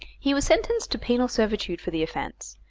he was sentenced to penal servitude for the offence,